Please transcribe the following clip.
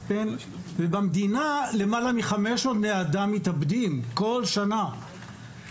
ובמדינה למעלה מ-500 בני אדם מתאבדים כל שנה.